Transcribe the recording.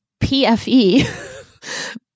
PFE